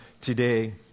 today